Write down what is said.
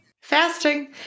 fasting